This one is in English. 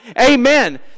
Amen